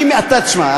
תשמע,